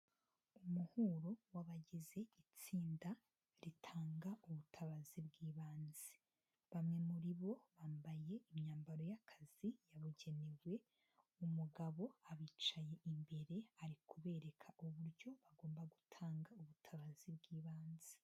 Umuhuro w'abagize itsinda ritanga ubutabazi bw'ibanze, bamwe muri bo bambaye imyambaro y'akazi yabugenewe, umugabo abicaye imbere ari kubereka uburyo bagomba gutanga ubutabazi bw'ibanze.